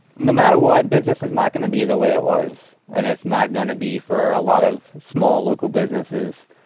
no matter what, business is not gonna be the way it was. and it's not gonna be for a lot of small local businesses,